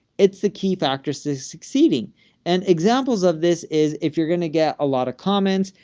it's the key factors to succeeding and examples of this is if you're going to get a lot of comments,